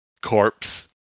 corpse